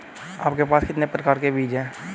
आपके पास कितने प्रकार के बीज हैं?